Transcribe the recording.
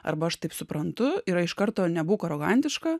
arba aš taip suprantu yra iš karto nebūk arogantiška